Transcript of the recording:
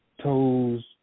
Toes